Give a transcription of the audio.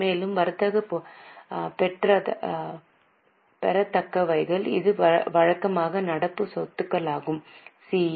மேலும் வர்த்தக பெறத்தக்கவைகள் இது வழக்கமான நடப்பு சொத்துகளாகும் சி